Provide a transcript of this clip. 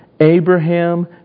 Abraham